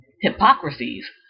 hypocrisies